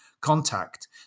contact